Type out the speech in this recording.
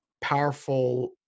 powerful